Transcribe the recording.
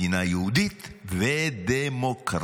מדינה יהודית ודמוקרטית.